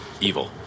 evil